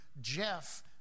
Jeff